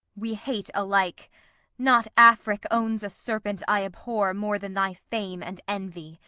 we hate alike not afric owns a serpent i abhor more than thy fame and envy.